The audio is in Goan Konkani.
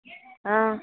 आं